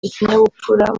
ikinyabupfura